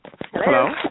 Hello